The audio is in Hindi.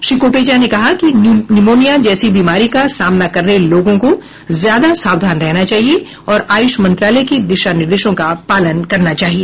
श्री कोटेचा ने कहा कि न्यूमोनिया जैसी बीमारी का सामना कर रहे लोगों को ज्यादा सावधान रहना चाहिए और आयुष मंत्रालय के दिशा निर्देशों का पालन करना चाहिए